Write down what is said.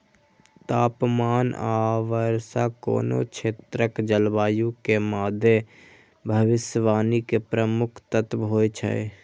तापमान आ वर्षा कोनो क्षेत्रक जलवायु के मादे भविष्यवाणी के प्रमुख तत्व होइ छै